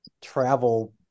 travel